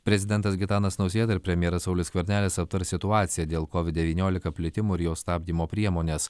prezidentas gitanas nausėda ir premjeras saulius skvernelis aptars situaciją dėl covid devyniolika plitimo ir jo stabdymo priemones